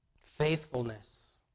Faithfulness